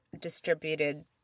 distributed